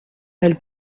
elle